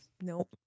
Nope